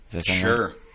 Sure